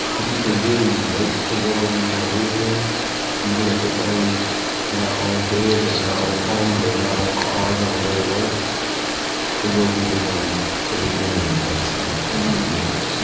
if we can really make the world we want to live in even if it's only in our own heads or in our own homes or in our own cars on the way to work then we'll be doing the beginning of something new